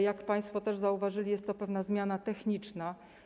Jak państwo zauważyli, jest to pewna zmiana techniczna.